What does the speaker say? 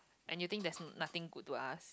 and you think there's nothing good to ask